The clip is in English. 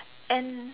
and